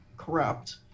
corrupt